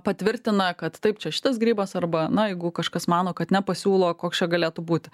patvirtina kad taip čia šitas grybas arba na jeigu kažkas mano kad nepasiūlo koks galėtų būti